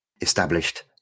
established